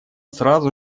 сразу